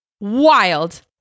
Wild